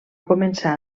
començar